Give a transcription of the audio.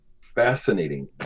fascinating